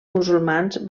musulmans